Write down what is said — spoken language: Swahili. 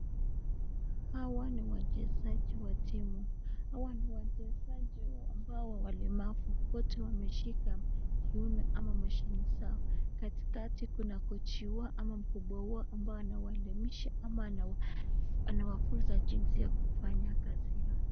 Hawa ni wachezaji wa timu. Hawa ni wachezaji ambao walemavu, wote wameshika kiuno ama mashini zao. Katikati kuna kochi wao ama mkubwa wao ambao anawaelimisha ama anawafunza jinsi ya kufanya kazi hiyo.